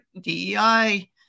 dei